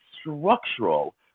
structural